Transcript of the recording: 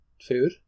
Food